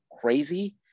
crazy